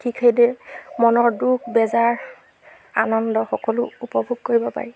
ঠিক সেইদৰে মনৰ দুখ বেজাৰ আনন্দ সকলো উপভোগ কৰিব পাৰি